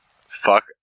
Fuck